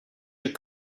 you